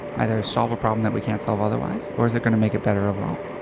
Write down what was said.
either solve a problem that we can't solve otherwise, or is it going to make it better overall?